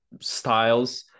styles